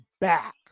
back